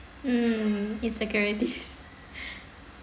mm insecurities